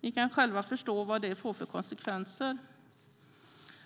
Ni kan själva förstå vad det får för konsekvenser.